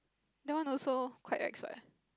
that one also quite ex what